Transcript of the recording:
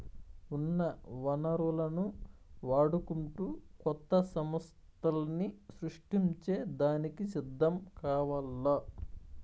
ఉన్న వనరులను వాడుకుంటూ కొత్త సమస్థల్ని సృష్టించే దానికి సిద్ధం కావాల్ల